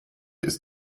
ist